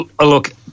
Look